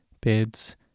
beds